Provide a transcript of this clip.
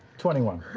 twenty one.